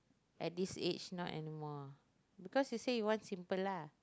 at this age not anymore lah because she said she wants simple lah